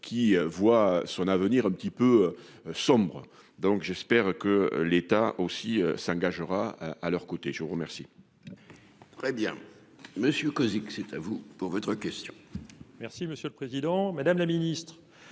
qui voit son avenir un petit peu. Sombre, donc j'espère que l'État aussi s'engagera à leur côtés je vous remercie.